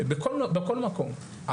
ובכל מקום,